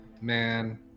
man